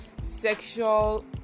sexual